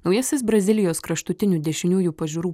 naujasis brazilijos kraštutinių dešiniųjų pažiūrų